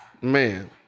man